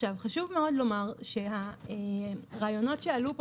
חשוב מאוד לומר שהרעיונות שעלו פה,